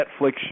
Netflix